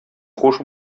хуш